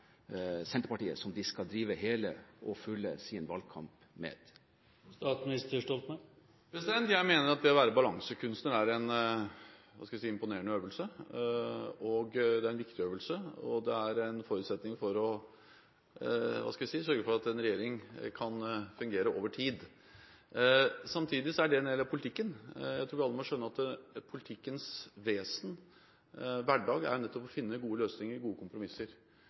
Senterpartiet, som de skal drive sin hele og fulle valgkamp med? Jeg mener at det å være balansekunstner er en – hva skal jeg si – imponerende øvelse! Det er en viktig øvelse, og det er en forutsetning for å sørge for at en regjering kan fungere over tid. Samtidig er det en del av politikken. Jeg tror alle må skjønne at politikkens vesen, hverdag, nettopp er å finne gode løsninger, gode kompromisser